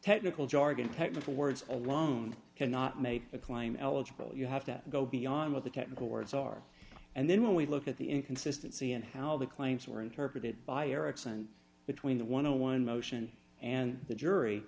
technical jargon technical words alone cannot make a claim eligible you have to go beyond what the technical words are and then when we look at the inconsistency and how the claims were interpreted by erickson between the one on one motion and the jury